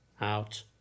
out